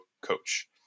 coach